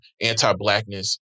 anti-blackness